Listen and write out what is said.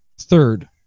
third